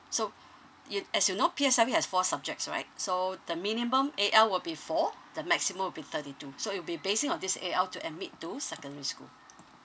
so you as you know P_S_L_E has four subjects right so the minimum A_L will be four the maximum will be thirty two so it'll be basing on this A_L to admit to secondary school